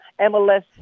MLS